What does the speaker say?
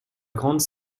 grande